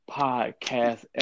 podcast